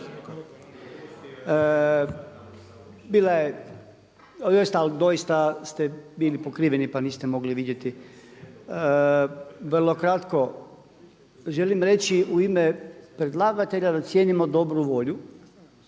Bila je ali doista ste bili pokriveni pa niste mogli vidjeti. Vrlo kratko, želim reći u ime predlagatelja da cijenimo dobru volju